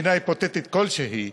מדינה היפותטית כלשהי,